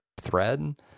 thread